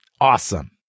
Awesome